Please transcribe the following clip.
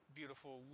beautiful